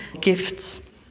gifts